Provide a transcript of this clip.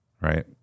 right